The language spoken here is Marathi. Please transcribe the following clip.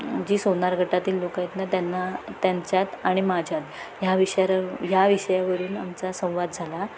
जी सोनार गटातील लोकं आहेत ना त्यांना त्यांच्यात आणि माझ्यात ह्या विषयार ह्या विषयावरून आमचा संवाद झाला